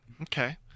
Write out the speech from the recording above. okay